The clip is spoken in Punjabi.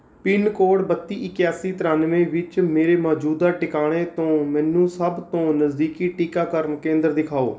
ਪਿੰਨਕੋਡ ਬੱਤੀ ਇਕਾਸੀ ਤ੍ਰਿਆਨਵੇਂ ਵਿੱਚ ਮੇਰੇ ਮੌਜੂਦਾ ਟਿਕਾਣੇ ਤੋਂ ਮੈਨੂੰ ਸਭ ਤੋਂ ਨਜ਼ਦੀਕੀ ਟੀਕਾਕਰਨ ਕੇਂਦਰ ਦਿਖਾਓ